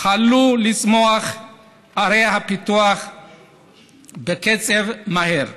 החלו לצמוח ערי הפיתוח בקצב מהר.